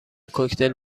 کوکتل